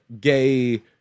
gay